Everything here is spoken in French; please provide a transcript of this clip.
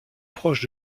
proche